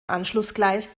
anschlussgleis